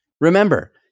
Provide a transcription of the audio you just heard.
Remember